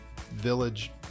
village